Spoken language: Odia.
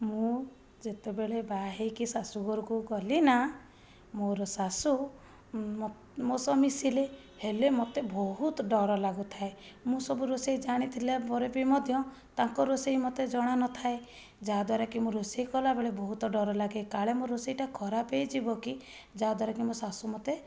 ମୁଁ ଯେତେବେଳେ ବାହା ହେଇକି ଶାଶୁଘରକୁ ଗଲି ନା ମୋର ଶାଶୁ ମୋ ସହ ମିଶିଲେ ହେଲେ ମୋତେ ବହୁତ ଡ଼ର ଲାଗୁଥାଏ ମୁଁ ସବୁ ରୋଷେଇ ଜାଣିଥିଲା ପରେ ବି ମଧ୍ୟ ତାଙ୍କ ରୋଷେଇ ମୋତେ ଜଣା ନଥାଏ ଯାହାଦ୍ୱାରା କି ମୁଁ ରୋଷେଇ କଲାବେଳେ ବହୁତ ଡ଼ର ଲାଗେ କାଳେ ମୋ ରୋଷେଇଟା ଖରାପ ହୋଇଯିବ କି ଯାହାଦ୍ୱାରା କି ମୋ ଶାଶୁ ମୋତେ